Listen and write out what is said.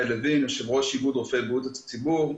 יושב-ראש איגוד רופאי בריאות הציבור.